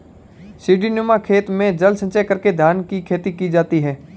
सीढ़ीनुमा खेत में जल संचय करके धान की खेती की जाती है